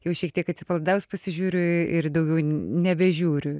jau šiek tiek atsipalaidavus pasižiūriu ir daugiau nebežiūriu